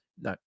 No